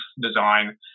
design